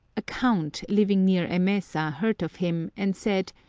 a count, living near emesa, heard of him, and said,